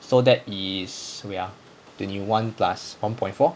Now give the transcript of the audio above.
so that is so wait ah twenty one plus one point four